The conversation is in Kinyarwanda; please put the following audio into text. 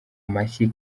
mashyi